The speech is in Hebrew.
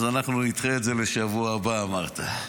אז אנחנו נדחה את זה לשבוע הבא, אמרת.